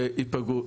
ייפגעו.